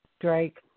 Drake